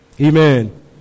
Amen